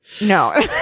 No